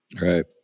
Right